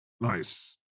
Nice